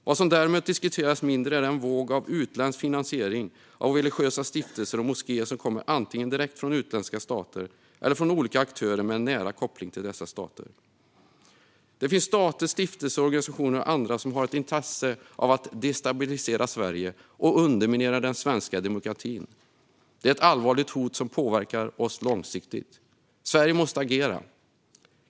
Vad som däremot diskuteras mindre är vågen av utländsk finansiering av religiösa stiftelser och moskéer som kommer antingen direkt från utländska stater eller från olika aktörer med nära koppling till dessa stater. Det finns stater, stiftelser, organisationer och andra som har intresse av att destabilisera Sverige och underminera den svenska demokratin. Det är ett allvarligt hot som påverkar oss långsiktigt. Sverige måste agera.